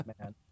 man